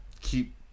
keep